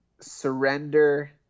surrender